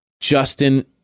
Justin